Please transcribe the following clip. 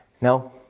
No